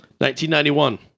1991